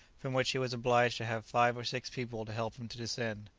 from which he was obliged to have five or six people to help him to descend.